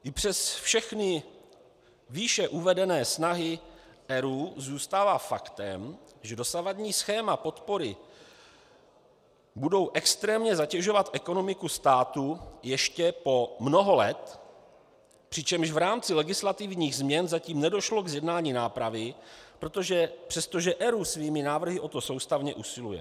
I přes všechny výše uvedené snahy ERÚ zůstává faktem, že dosavadní schéma podpory budou extrémně zatěžovat ekonomiku státu ještě po mnoho let, přičemž v rámci legislativním změn zatím nedošlo k zjednání nápravy, přestože ERÚ svými návrhy o to soustavně usiluje.